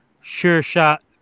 sure-shot